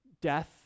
death